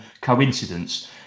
coincidence